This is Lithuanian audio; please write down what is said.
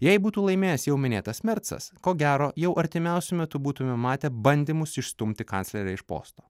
jei būtų laimėjęs jau minėtas mercas ko gero jau artimiausiu metu būtume matę bandymus išstumti kanclerę iš posto